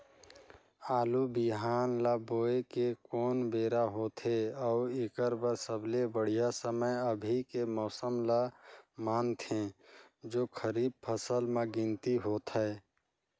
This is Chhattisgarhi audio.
आलू बिहान ल बोये के कोन बेरा होथे अउ एकर बर सबले बढ़िया समय अभी के मौसम ल मानथें जो खरीफ फसल म गिनती होथै?